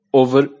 over